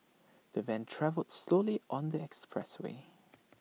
the van travelled slowly on the expressway